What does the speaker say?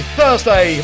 Thursday